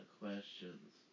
questions